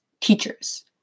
teachers